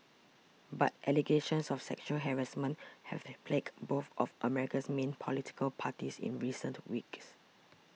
but allegations of sexual harassment have the plagued both of America's main political parties in recent weeks